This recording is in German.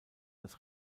als